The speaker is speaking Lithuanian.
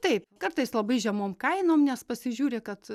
taip kartais labai žemom kainom nes pasižiūri kad